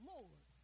Lord